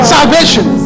Salvation